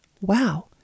Wow